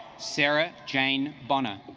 sarah jane bona